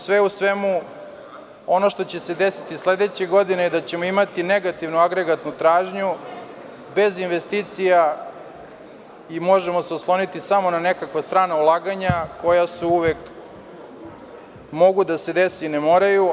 Sve u svemu, ono što će se desiti sledeće godine je da ćemo imati negativnu agregatnu tražnju, bez investicija, i možemo se osloniti samo na nekakva strana ulaganja, koja uvek mogu da se dese i ne moraju.